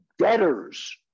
debtor's